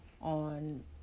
on